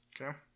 Okay